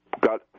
got